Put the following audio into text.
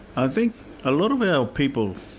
i think a lot of our people,